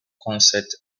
consett